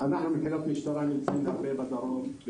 אנחנו נמצאים הרבה בדרום.